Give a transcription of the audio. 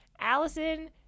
allison